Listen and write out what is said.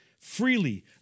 freely